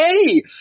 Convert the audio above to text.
hey